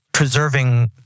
Preserving